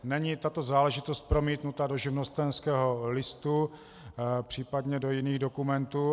Není tato záležitost promítnuta do živnostenského listu, případně do jiných dokumentů.